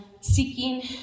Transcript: seeking